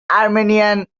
armenian